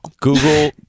Google